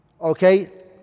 okay